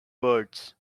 words